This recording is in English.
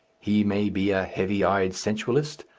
he may be a heavy-eyed sensualist,